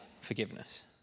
forgiveness